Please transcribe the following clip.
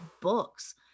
books